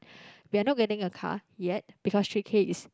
we're not getting a car yet because three K is